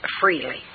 freely